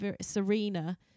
Serena